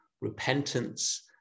repentance